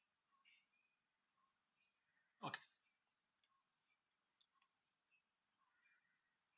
okay